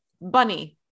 bunny